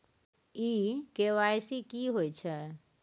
इ के.वाई.सी की होय छै?